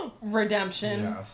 Redemption